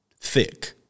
thick